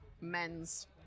men's